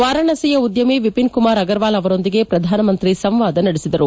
ವಾರಾಣಸಿಯ ಉದ್ಯಮಿ ವಿಪಿನ್ ಕುಮಾರ್ ಅಗರ್ವಾಲ್ ಅವರೊಂದಿಗೆ ಪ್ರಧಾನಮಂತ್ರಿ ಸಂವಾದ ನಡೆಸಿದರು